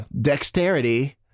Dexterity